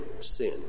sin